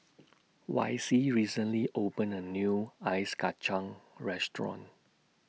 Vicy recently opened A New Ice Kachang Restaurant